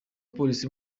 polisi